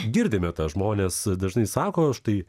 girdime tą žmonės dažnai sako aš tai